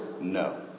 no